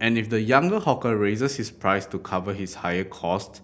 and if the younger hawker raises his prices to cover his higher cost